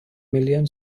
million